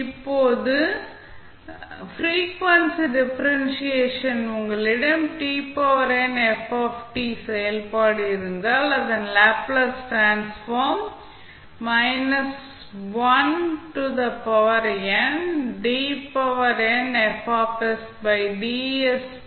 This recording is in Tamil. இப்போது ஃப்ரீக்வன்சி டிஃபரென்ஷியேஷன் ல் உங்களிடம் செயல்பாடு இருந்தால் அதன் லேப்ளேஸ் டிரான்ஸ்ஃபார்ம் ஆக இருக்கும்